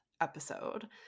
episode